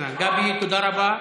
גבי, תודה רבה.